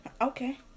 okay